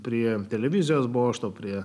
prie televizijos bokšto prie